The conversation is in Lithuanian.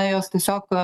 jos tiesiog